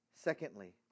Secondly